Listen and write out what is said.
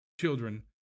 children